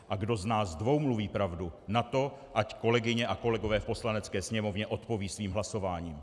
A kdo z nás dvou mluví pravdu, na to ať kolegyně a kolegové v Poslanecké sněmovně odpoví svým hlasováním.